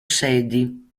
sedi